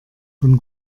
von